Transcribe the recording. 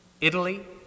Italy